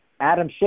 Adam